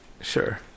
Sure